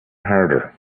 harder